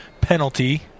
penalty